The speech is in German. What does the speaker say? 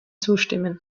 zustimmen